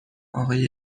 آقای